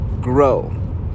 grow